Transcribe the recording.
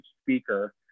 speaker